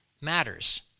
matters